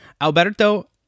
Alberto